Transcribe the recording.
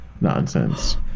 nonsense